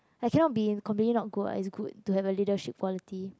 it cannot be completely not good [what] it's good to have a leadership quality